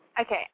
Okay